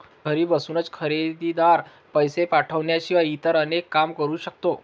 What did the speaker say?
घरी बसूनच खरेदीदार, पैसे पाठवण्याशिवाय इतर अनेक काम करू शकतो